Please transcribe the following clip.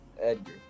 Edgar